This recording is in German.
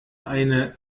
eine